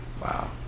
wow